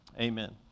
Amen